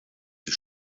die